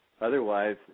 otherwise